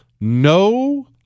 no